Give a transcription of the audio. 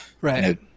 Right